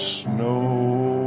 snow